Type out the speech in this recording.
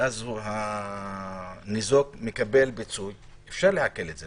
ואז הניזוק מקבל פיצוי, אפשר לעקל את זה.